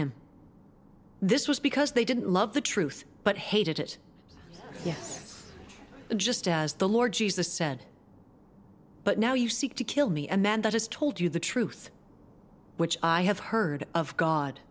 him this was because they didn't love the truth but hated it yes just as the lord jesus said but now you seek to kill me a man that has told you the truth which i have heard of god